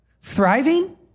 Thriving